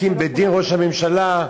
הקים בית-דין, ראש הממשלה.